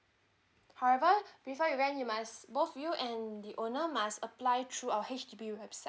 however before you rent you must both you and the owner must apply through our H_D_B website